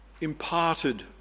imparted